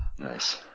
Nice